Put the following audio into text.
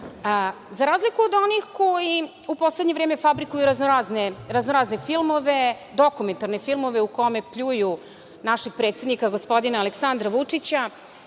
razliku od onih koji u poslednje vreme fabrikuju raznorazne filmove, dokumentarne filmove, u kome pljuju našeg predsednika, gospodina Aleksandra Vučića,